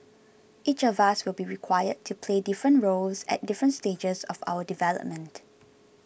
each of us will be required to play different roles at different stages of our development